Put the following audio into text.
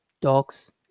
dogs